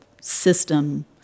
system